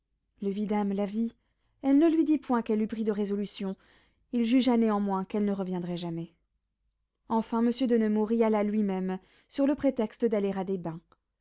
le vidame la vit elle ne lui dit point qu'elle eût pris de résolution il jugea néanmoins qu'elle ne reviendrait jamais enfin monsieur de nemours y alla lui-même sur le prétexte d'aller à des bains